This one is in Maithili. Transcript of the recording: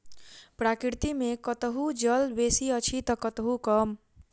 प्रकृति मे कतहु जल बेसी अछि त कतहु कम